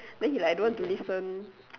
then he like I don't want to listen